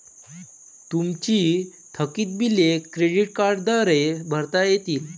तुमची थकीत बिले क्रेडिट कार्डद्वारे भरता येतील